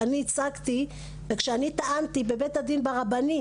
שאני ייצגתי וכשאני טענתי בבית הדין ברבני,